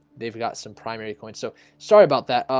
they've got some primary coins, so sorry about that.